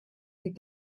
could